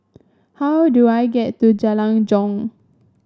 how do I get to Jalan Jong